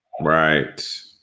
Right